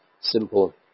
simple